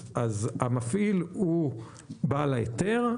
המפעיל הוא בעל ההיתר?